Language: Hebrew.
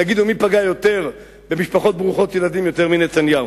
תגידו מי פגע יותר במשפחות ברוכות ילדים יותר מנתניהו,